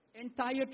Entire